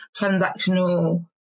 transactional